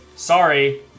Sorry